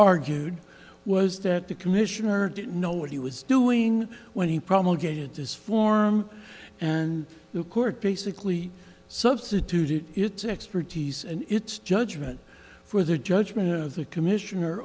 argued was that the commissioner didn't know what he was doing when he promulgated this form and the court basically substituted its expertise and its judgment for their judgment of the commissioner